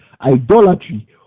idolatry